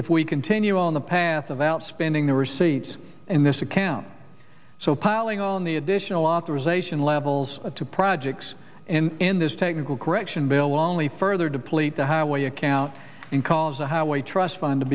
if we continue on the path of outspending the receipts in this account so piling on the additional authorization levels to projects in this technical correction bill only further deplete the highway account and cause the highway trust fund to